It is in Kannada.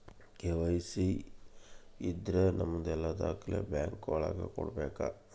ಕೆ.ವೈ.ಸಿ ಇದ್ರ ನಮದೆಲ್ಲ ದಾಖ್ಲೆ ಬ್ಯಾಂಕ್ ಒಳಗ ಕೊಡ್ಬೇಕು